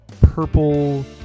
purple